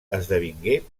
esdevingué